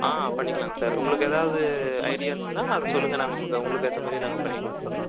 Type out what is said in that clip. ஆ பண்ணிக்கலாங்க சார் உங்களுக்கு ஏதாவது ஐடியா இருந்துச்சுன்னால் அதை சொல்லுங்கள் நாங்கள் உங்களுக்கு உங்களுக்கு ஏற்ற மாதிரியே நாங்கள் பண்ணிக்கொடுத்துட்றோம்